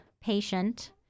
patient